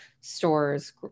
stores